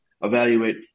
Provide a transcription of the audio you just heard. evaluate